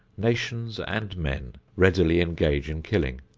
nations and men readily engage in killing,